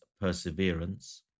perseverance